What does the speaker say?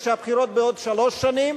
והבחירות בעוד שלוש שנים,